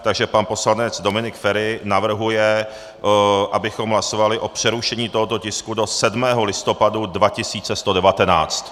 Takže pan poslanec Dominik Feri navrhuje, abychom hlasovali o přerušení tohoto tisku do 7. listopadu 2119.